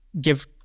give